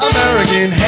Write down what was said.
American